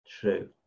True